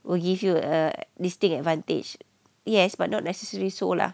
will give you a distinct advantage yes but not necessary so lah